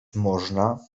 można